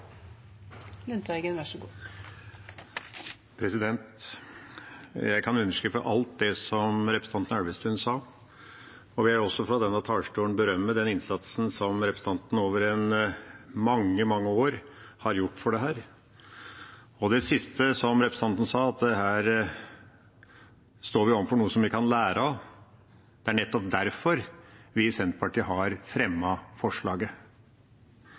Elvestuen sa, og jeg vil også fra denne talerstolen berømme den innsatsen som representanten over mange, mange år har gjort for dette. Det siste representanten sa, var at vi her står overfor noe som vi kan lære av, og det er nettopp derfor vi i Senterpartiet har fremmet forslaget.